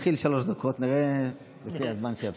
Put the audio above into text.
תתחיל שלוש דקות, נראה לפי הזמן.